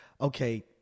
Okay